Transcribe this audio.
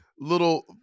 Little